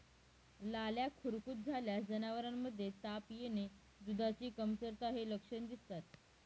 लाळ्या खुरकूत झाल्यास जनावरांमध्ये ताप येणे, दुधाची कमतरता हे लक्षण दिसतात